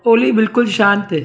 ओली बिल्कुलु शांति